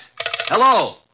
Hello